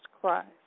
Christ